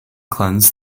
cleanse